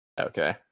okay